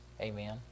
Amen